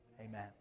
Amen